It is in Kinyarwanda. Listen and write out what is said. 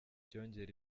byongera